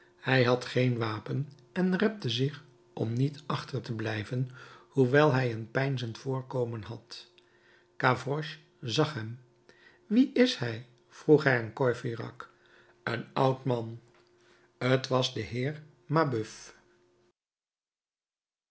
hij had geen wapen en repte zich om niet achter te blijven hoewel hij een peinzend voorkomen had gavroche zag hem wie is hij vroeg hij aan courfeyrac een oud man t was de heer